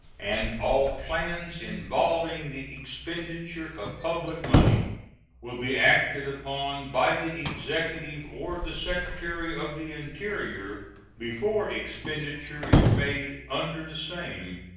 and all plans involving the expenditure of public money will be acted upon by the executive or the secretary of the interior before expenditure is made under the same.